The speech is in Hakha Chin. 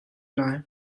lai